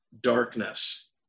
darkness